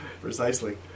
Precisely